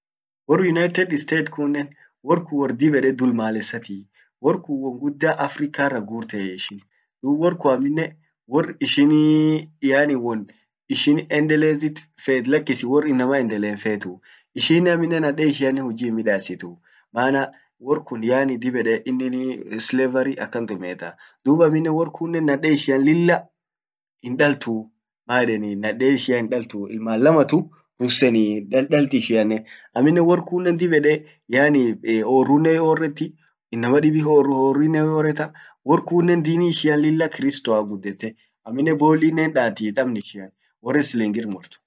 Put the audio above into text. Wor united states kunnen wor dib ede dulmalesati. Wor kun won gudda Africa rra gurte ishin. Dub wor kun amminen wor ishin yaani won ishin endelezit feti lakisi wor inama endelet hinfetuu. Ishinen amminen naden ishia huji himmidasitu maana wor kun yaani dib ede inini slavery akan tumieta. dub amminen wor kunen naden ishian lilla hindaltu maeden naden ishian hindaltu ilman lamatu russeni, dan dalt ishianen amminen wor kun dib ede yaani orrunen hioretti, inama dibi horrinen hioreta. wor kunnen dini ishian lilla kristoa guddete. amminen bollinen hindaati tabn ishian.